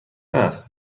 است